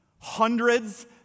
hundreds